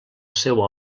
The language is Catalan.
seua